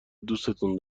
دوستون